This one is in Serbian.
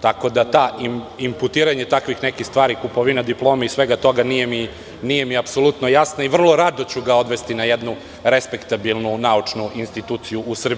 tako da imputiranje takvih nekih stvari, kupovina diplome i svega toga, nije mi apsolutno jasna i vrlo rado ću ga odvesti na jednu respektabilnu naučnu instituciju u Srbiji.